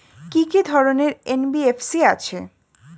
কি কি ধরনের এন.বি.এফ.সি আছে?